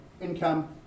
income